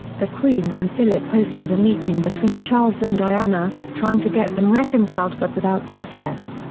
the queen and philip hosted a meeting between charles and diana, trying to get them reconciled but without success.